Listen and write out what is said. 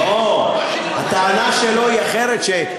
הטענה שלו היא אחרת,